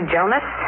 Jonas